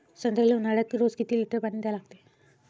संत्र्याले ऊन्हाळ्यात रोज किती लीटर पानी द्या लागते?